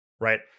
right